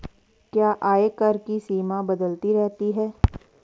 क्या आयकर की सीमा बदलती रहती है?